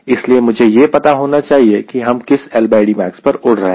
इसलिए मुझे यह पता होना चाहिए कि हम किस LDmax पर उड़ रहे हैं